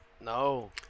No